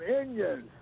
Indians